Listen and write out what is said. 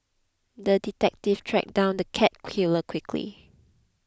the detective tracked down the cat killer quickly